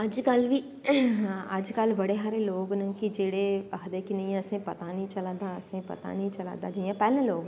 अज कल बड़े सारे लोग कि जेह्ड़ा आखदे कि असें पता नी चला दा पता नी चला दा जियां पैह्लैं लोग आखदे हे कि पता नी चला दा